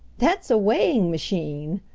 that's a weighing machine,